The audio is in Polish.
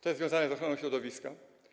To jest związane z ochroną środowiska.